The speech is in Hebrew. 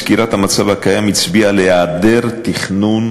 סקירת המצב הקיים הצביעה על היעדר תכנון,